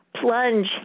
plunge